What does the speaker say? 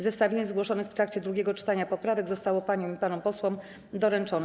Zestawienie zgłoszonych w trakcie drugiego czytania poprawek zostało paniom i panom posłom doręczone.